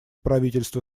правительства